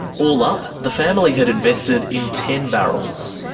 all up, the family had invested in ten barrels.